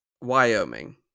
wyoming